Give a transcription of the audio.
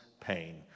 pain